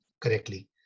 correctly